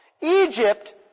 Egypt